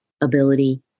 ability